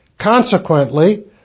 Consequently